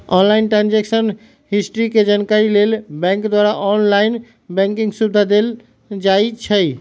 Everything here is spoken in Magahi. ऑनलाइन ट्रांजैक्शन हिस्ट्री के जानकारी लेल बैंक द्वारा ऑनलाइन बैंकिंग सुविधा देल जाइ छइ